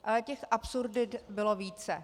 Ale těch absurdit bylo více.